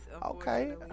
Okay